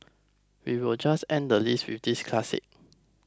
we'll just end the list with this classic